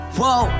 whoa